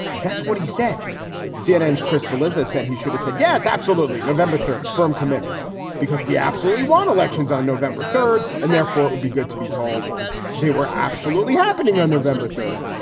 that's what he said cnn's chris cillizza said he should have said yes, absolutely. november third, firm commitment because we absolutely want elections on november third. and therefore it would be good to be told they were absolutely happening on november third.